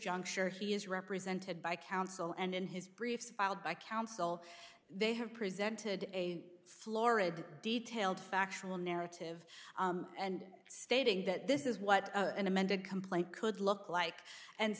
juncture he is represented by counsel and in his briefs filed by counsel they have presented a florid detailed factual narrative and stating that this is what an amended complaint could look like and